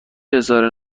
اظهار